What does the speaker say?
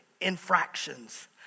infractions